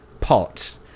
pot